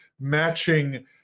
matching